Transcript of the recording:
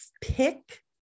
pick